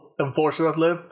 Unfortunately